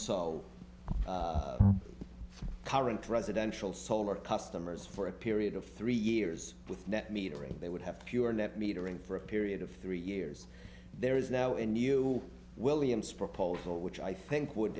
so current residential solar customers for a period of three years with net metering they would have pure net metering for a period of three years there is now a new williams proposal which i think would